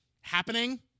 happening